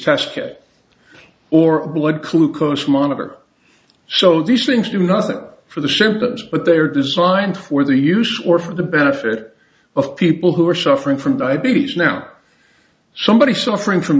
kit or a blood clue cause monitor so these things do nothing for the ship but they are designed for the use or for the benefit of people who are suffering from diabetes now somebody suffering from